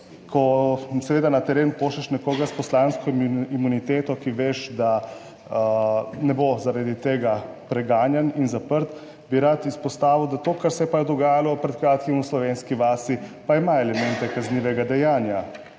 ko seveda na teren pošlješ nekoga s poslansko imuniteto, ki veš, da ne bo zaradi tega preganjan in zaprt, bi rad izpostavil, da to, kar se je pa dogajalo pred kratkim v slovenski vasi, pa ima elemente kaznivega dejanja,